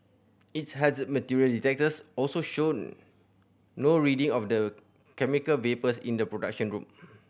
its hazard material detectors also showed no reading of the chemical vapours in the production room